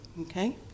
okay